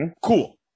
cool